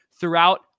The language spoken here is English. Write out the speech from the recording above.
throughout